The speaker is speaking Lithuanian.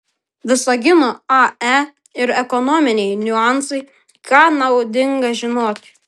visagino ae ir ekonominiai niuansai ką naudinga žinoti